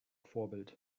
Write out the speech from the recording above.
vorbild